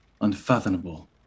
unfathomable